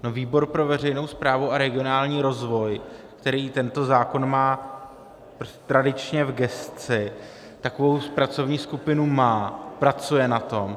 No, výbor pro veřejnou správu a regionální rozvoj, který tento zákon má tradičně v gesci, takovou pracovní skupinu má, pracuje na tom.